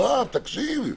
יואב, תקשיב.